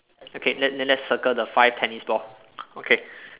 okay then then let's circle the five tennis ball okay